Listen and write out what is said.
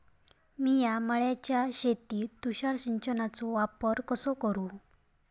मिया माळ्याच्या शेतीत तुषार सिंचनचो वापर कसो करू?